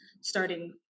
starting